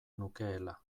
nukeela